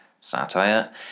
Satire